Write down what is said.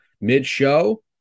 mid-show